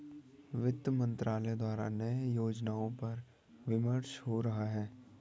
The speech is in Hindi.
वित्त मंत्रालय द्वारा नए योजनाओं पर विमर्श हो रहा है